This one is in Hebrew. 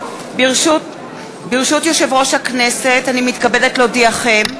ברשות יושב-ראש הכנסת, אני מתכבדת להודיעכם,